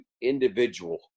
individual